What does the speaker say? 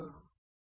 speaker 1 ಹೌದು